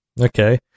okay